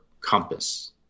compass